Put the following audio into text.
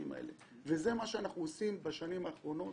האלה וזה מה שאנחנו עושים בשנים האחרונות